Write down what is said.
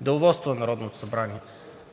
Деловодството на Народното събрание.